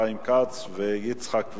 חיים כץ ויצחק וקנין,